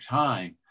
time